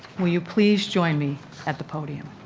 will you please join me at the podium?